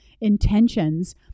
intentions